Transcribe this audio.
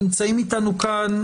כאשר נמצאים איתנו שרי ממשלת ישראל,